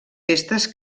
festes